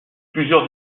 plusieurs